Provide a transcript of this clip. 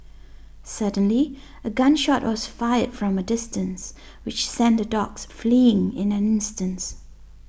suddenly a gun shot was fired from a distance which sent the dogs fleeing in an instance